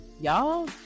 y'all